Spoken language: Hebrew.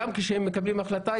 גם כשהם מקבלים החלטה,